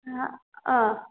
ಹಾಂ ಹಾಂ